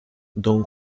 don